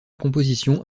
composition